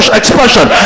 expression